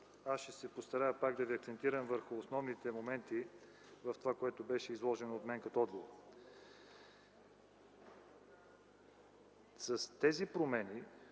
Аз ще се постарая пак да Ви акцентирам върху основните моменти на това, което беше изложено от мен като отговор. Чрез тези промени,